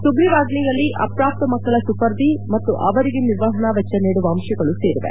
ಸುಗ್ರಿವಾಜ್ಞೆಯಲ್ಲಿ ಅಪ್ರಾಪ್ತ ಮಕ್ಕಳ ಸುಪರ್ದಿ ಮತ್ತು ಅವರಿಗೆ ನಿರ್ವಹಣಾ ವೆಚ್ಚ ನೀಡುವ ಅಂಶಗಳೂ ಸೇರಿವೆ